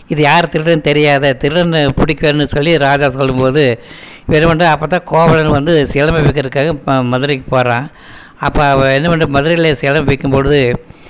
இது யார் திருடின தெரியாத திருடனை பிடிக்கணுன்னு சொல்லி ராஜா சொல்லும்போது என்ன பண்ணுறார் அப்போத்தான் கோவலன் வந்து சிலம்பு விற்கிறத்துக்காக மதுரைக்கு போகிறான் அப்போ அவன் என்ன பண்ணுறான் மதுரையில சிலம்பு விற்கும்பொழுது